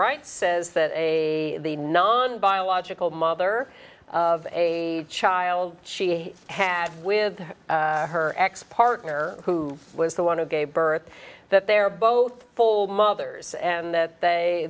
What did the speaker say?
rights says that a non biological mother of a child she had with her ex partner who was the one who gave birth that they are both full mothers and that they